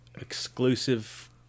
exclusive